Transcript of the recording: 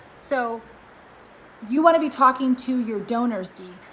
so you wanna be talking to your donors d.